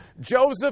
Joseph